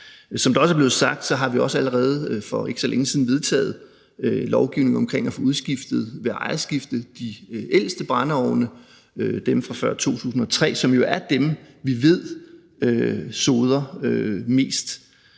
Som det også er blevet sagt, har vi allerede for ikke så længe siden vedtaget lovgivning omkring ved ejerskifte at få udskiftet de ældste brændeovne, dem fra før 2003, som jo er dem, vi ved soder mest.